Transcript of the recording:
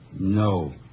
No